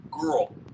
Girl